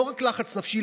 לא רק לחץ נפשי,